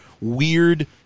weird